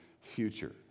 future